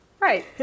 Right